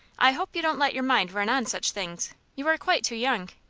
i hope you don't let your mind run on such things. you are quite too young.